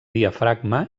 diafragma